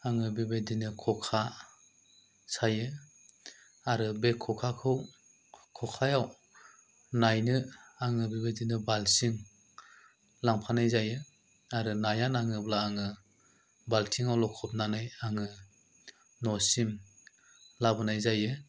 आङो बेबायदिनो खखा सायो आरो बे खखाखौ खखायाव नायनो आङो बेबायदिनो बाल्टिं लांफानाय जायो आरो नाया नाङोब्ला आङो बाल्टिंङाव लखबनानै आङो न'सिम लाबोनाय जायो